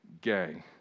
gay